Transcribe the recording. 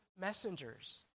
messengers